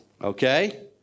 Okay